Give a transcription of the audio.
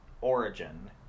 origin